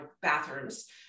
bathrooms